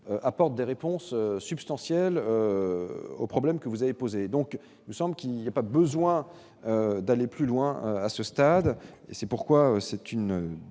apporte des réponses substantielles au problème que vous avez posée, donc nous sommes qu'il n'y a pas besoin d'aller plus loin, à ce stade et c'est pourquoi c'est une